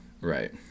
Right